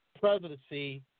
presidency